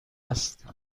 است